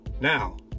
Now